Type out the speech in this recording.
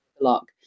lock